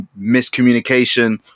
miscommunication